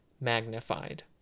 magnified